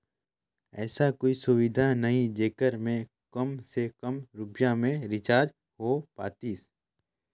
ऐसा कोई सुविधा नहीं जेकर मे काम से काम रुपिया मे रिचार्ज हो पातीस?